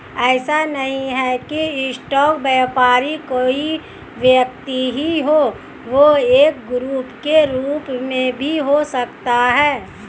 ऐसा नहीं है की स्टॉक व्यापारी कोई व्यक्ति ही हो वह एक ग्रुप के रूप में भी हो सकता है